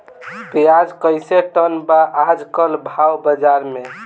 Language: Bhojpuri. प्याज कइसे टन बा आज कल भाव बाज़ार मे?